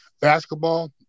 basketball